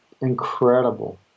incredible